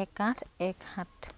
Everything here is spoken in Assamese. এক আঠ এক সাত